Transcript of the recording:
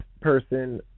person